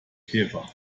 käfer